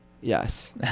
Yes